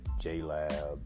JLab